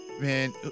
Man